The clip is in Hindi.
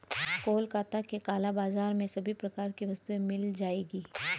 कोलकाता के काला बाजार में सभी प्रकार की वस्तुएं मिल जाएगी